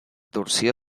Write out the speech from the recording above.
torsió